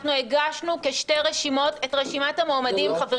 חברים, הגשנו את רשימת המועמדים כשתי רשימות.